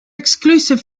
exclusive